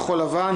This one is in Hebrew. כחול לבן,